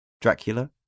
Dracula